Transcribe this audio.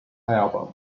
album